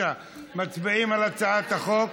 מצביעים על הצעת החוק.